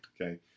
Okay